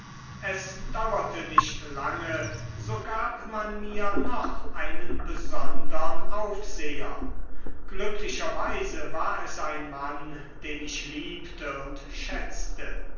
es dauerte nicht lange so gab man mir noch einen besondern aufseher glücklicherweise war es ein mann den ich liebte und schätzte